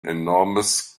enormous